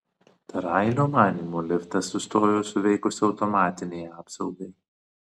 tarailio manymu liftas sustojo suveikus automatinei apsaugai